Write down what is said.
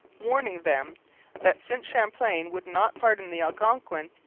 warning them that, since champlain would not pardon the algonquin,